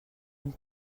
une